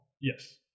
Yes